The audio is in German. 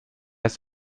ist